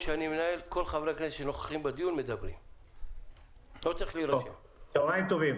צוהריים טובים,